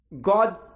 God